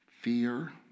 fear